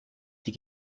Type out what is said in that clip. die